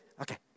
Okay